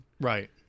right